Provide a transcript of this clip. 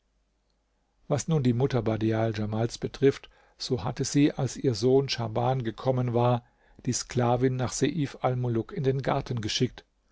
was nun die mutter badial djamals betrifft so hatte sie als ihr sohn schahban gekommen war die sklavin nach seif almuluk in den garten geschickt